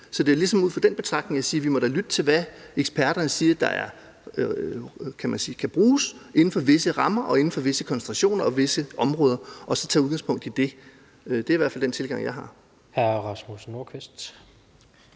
Så det er ligesom ud fra den betragtning, at jeg siger, at vi da må lytte til, hvad det er, eksperterne siger der kan bruges inden for visse rammer og inden for visse koncentrationer og visse områder, og så tage udgangspunkt i det. Det er i hvert fald den tilgang, jeg har.